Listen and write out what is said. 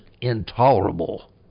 intolerable